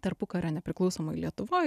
tarpukario nepriklausomoj lietuvoj